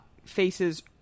faces